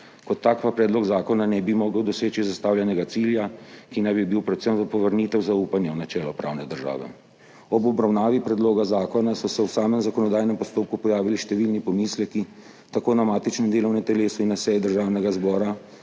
kot tak pa predlog zakona ne bi mogel doseči zastavljenega cilja, ki naj bi bil predvsem povrnitev zaupanja v načelo pravne države. Ob obravnavi predloga zakona so se v samem zakonodajnem postopku pojavili številni pomisleki tako na matičnem delovnem telesu kot na seji Državnega zbora,